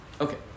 Okay